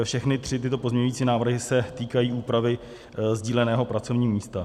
Všechny tyto tři pozměňující návrhy se týkají úpravy sdíleného pracovního místa.